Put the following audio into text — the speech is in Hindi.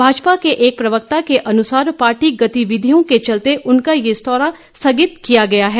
भाजपा के एक प्रवक्ता के अनुसार पार्टी गतिविधियों के चलते उनका यह दौरा स्थगित किया गया है